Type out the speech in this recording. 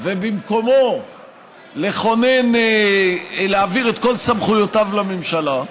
ובמקומו לכונן, להעביר את כל סמכויותיו לממשלה,